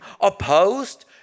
opposed